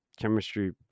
chemistry